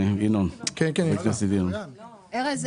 --- ארז,